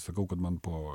sakau kad man po